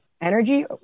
energy